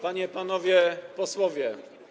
Panie i Panowie Posłowie!